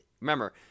Remember